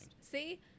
See